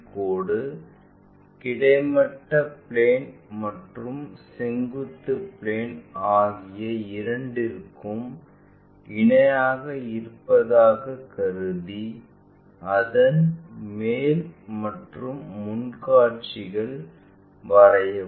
கோடு கிடைமட்ட பிளேன் மற்றும் செங்குத்து பிளேன் ஆகிய இரண்டிற்கும் இணையாக இருப்பதாகக் கருதி அதன் மேல் மற்றும் முன் காட்சிகள் வரையவும்